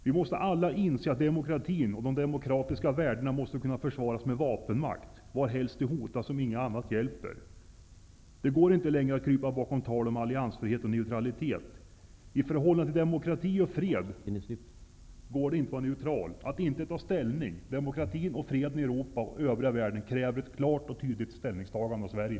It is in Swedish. Vi måste alla inse att demokratin och de demokratiska värdena måste kunna försvaras med vapenmakt var helst de hotas, om inget annat hjälper. Det går inte längre att krypa bakom tal om alliansfrihet och neutralitet. I förhållande till demokrati och fred går det inte att vara neutral - att inte ta ställning. Demokratin och freden i Europa och övriga världen kräver ett klart och tydligt ställningstagande av Sverige.